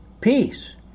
Peace